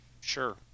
sure